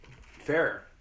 Fair